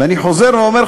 ואני חוזר ואומר,